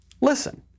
listen